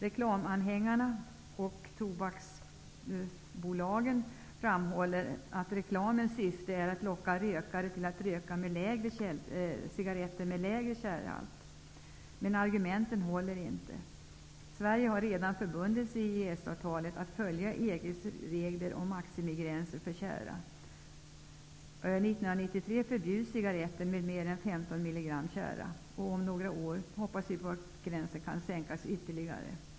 Reklamanhängarna och tobaksbolagen framhåller att reklamens syfte är att locka rökare att röka cigaretter som har lägre tjärhalt. Men argumenten håller inte. Sverige har redan i EES-avtalet förbundit sig att följa EG:s regler om maximigränser för tjära. 1993 blir cigaretter med mer än 15 mg tjära förbjudna. Om några år sänks gränsen förhoppningsvis ytterligare.